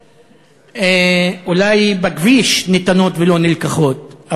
אולי בכביש זכויות ניתנות ולא נלקחות,